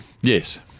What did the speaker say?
Yes